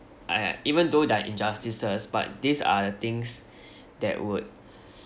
I I even though there're injustices but these are the things that would